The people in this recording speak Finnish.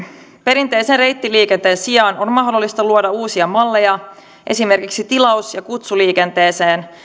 perinteisen reittiliikenteen sijaan on mahdollista luoda uusia malleja esimerkiksi tilaus ja kutsuliikenteeseen